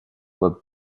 were